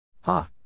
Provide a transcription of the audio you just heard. Ha